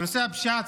בנושא הפשיעה.